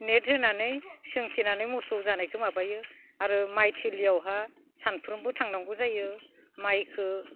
net होनानै सोंथेनानै मोसौ जानायखौ माबायो आरो माइ थिलियावहा सामफ्रामबो थांनांगौ जायो माइखो